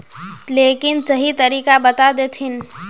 लेकिन सही तरीका बता देतहिन?